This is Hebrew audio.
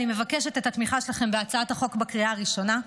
אני מבקשת את התמיכה שלכם בהצעת החוק בקריאה ראשונה.